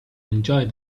enjoyed